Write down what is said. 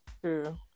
true